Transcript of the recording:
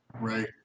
right